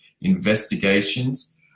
investigations